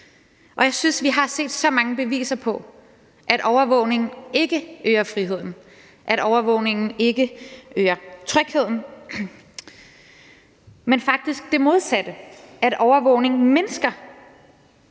Jeg synes, at vi har set så mange beviser på, at overvågning ikke øger friheden, at overvågning ikke øger trygheden, men faktisk det modsatte, nemlig at overvågning mindsker